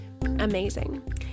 amazing